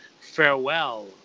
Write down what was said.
Farewell